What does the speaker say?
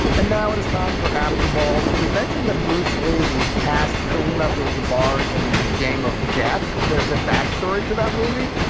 and now it is time for after balls. we mentioned that bruce lee cast kareem abdul jabbar in the game of death. there's a backstory to that movie.